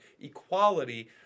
equality